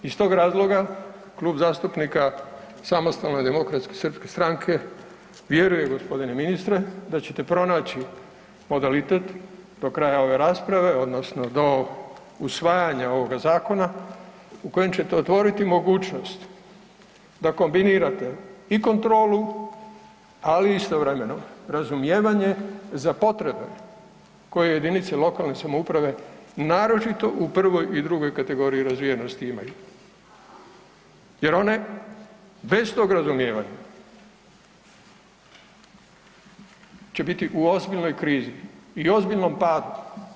Iz tog razloga Klub zastupnika SDSS-a vjeruje gospodine ministre da ćete pronaći modalitet do kraja ove rasprave odnosno do usvajanja ovoga zakona u kojem ćete otvoriti mogućnost da kombinirate i kontrolu, ali istovremeno i razumijevanje za potrebe koje jedinice lokalne samouprave naročito u prvoj i drugoj kategoriji razvijenosti imaju jer one bez tog razumijevanja će biti u ozbiljnoj krizi i ozbiljnom padu.